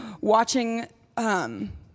watching